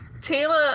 Taylor